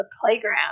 playground